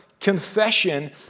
Confession